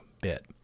bit